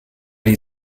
die